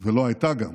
ולא הייתה גם